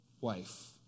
wife